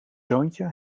zoontje